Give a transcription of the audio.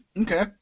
Okay